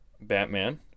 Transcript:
Batman